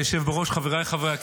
אדוני היושב בראש, חבריי חברי הכנסת,